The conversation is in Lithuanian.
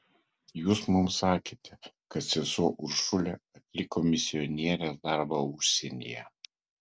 jūs mums sakėte kad sesuo uršulė atliko misionierės darbą užsienyje